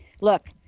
look